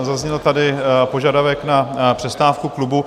Zazněl tady požadavek na přestávku klubu.